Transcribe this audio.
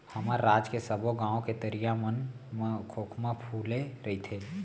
हमर राज के सबो गॉंव के तरिया मन म खोखमा फूले रइथे